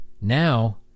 Now